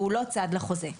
שהוא לא צד לחוזה.